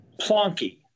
plonky